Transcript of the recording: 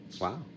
Wow